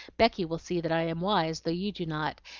becky will see that i am wise, though you do not,